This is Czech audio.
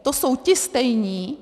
To jsou ti stejní.